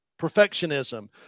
Perfectionism